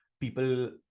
people